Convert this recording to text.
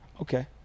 Okay